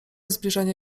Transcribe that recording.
zbliżania